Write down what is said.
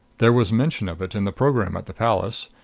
there was mention of it in the program at the palace.